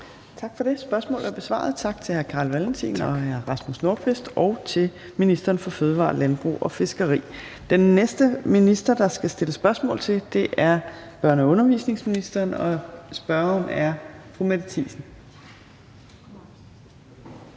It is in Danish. Tak for det. Spørgsmålet er besvaret. Tak til hr. Carl Valentin og hr. Rasmus Nordqvist og til ministeren for fødevarer, landbrug og fiskeri. Den næste minister, der skal stilles spørgsmål til, er børne- og undervisningsministeren, og spørgeren er fru Mette Thiesen.